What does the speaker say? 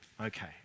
Okay